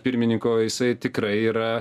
pirmininko jisai tikrai yra